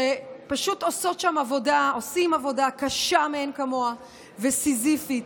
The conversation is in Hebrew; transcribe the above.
שפשוט עושים עבודה קשה מאין כמוה וסיזיפית,